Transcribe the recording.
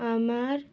আমার